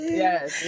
yes